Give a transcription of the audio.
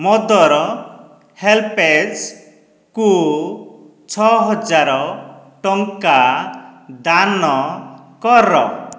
ମଦର ହେଲ୍ପେଜ୍କୁ ଛଅ ହଜାର ଟଙ୍କା ଦାନ କର